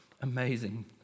amazing